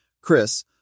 Chris